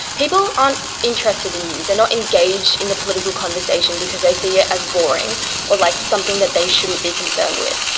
people aren't interested in news, they're and not engaged in the political conversation because they see it as boring or like something that they shouldn't be concerned with.